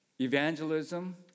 Evangelism